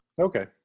Okay